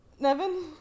Nevin